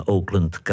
Oakland